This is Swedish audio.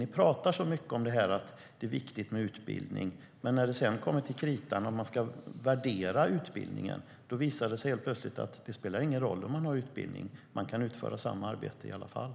Ni pratar så mycket om att det är viktigt med utbildning, men när det sedan kommer till kritan och utbildningen ska värderas visar det sig helt plötsligt att det inte spelar någon roll om man har utbildning. Man kan nämligen utföra samma arbete i alla fall.